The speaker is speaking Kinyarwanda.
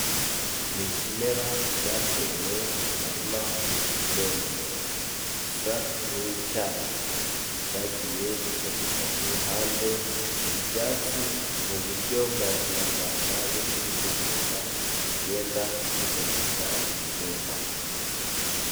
Ni ikimera cyatewe mu karima k'igikoni, gisa nk'icyayi cyagiye gisasirwa ku ruhande ibyatsi mu buryo bwa kinyarwanda iyo turi guhinga tugenda dusasira ibihingwa.